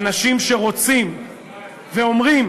אנשים שרוצים ואומרים